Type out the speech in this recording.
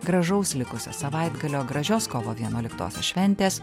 gražaus likusio savaitgalio gražios kovo vienuoliktosios šventės